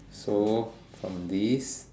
so from this